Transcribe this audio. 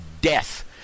death